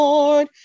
Lord